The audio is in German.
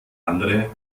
andere